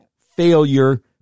failure